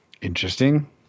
Interesting